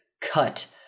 cut